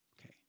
okay